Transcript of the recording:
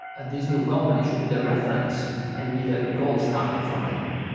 and this new company should be the reference and be the gold standard for network.